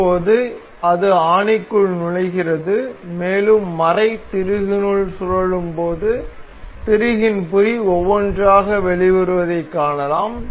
இப்போது அது ஆணிக்குள் நுழைகிறது மேலும் மறை திருகினுள் சுழலும்போது திருகின் புரி ஒவ்வொன்றாக வெளிவருவதைக் காணலாம்